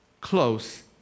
close